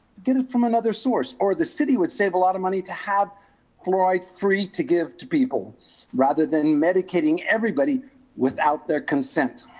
get it from another source or the city would save a lot of money to have fluoride free to give to people rather than medicating everybody without their consent.